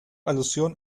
alusión